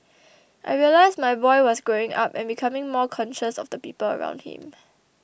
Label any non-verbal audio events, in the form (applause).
(noise) I realised my boy was growing up and becoming more conscious of the people around him